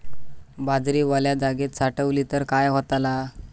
बाजरी वल्या जागेत साठवली तर काय होताला?